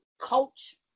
coach